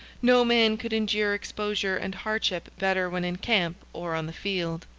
no man could endure exposure and hardship better when in camp or on the field.